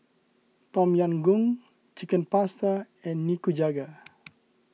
Tom Yam Goong Chicken Pasta and Nikujaga